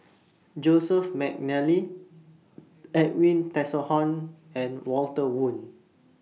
Joseph Mcnally Edwin Tessensohn and Walter Woon